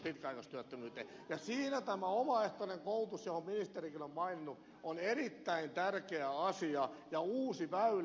siinä tämä omaehtoinen koulutus jonka ministerikin on maininnut on erittäin tärkeä asia ja uusi väylä